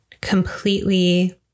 completely